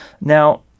now